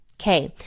Okay